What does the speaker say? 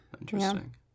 Interesting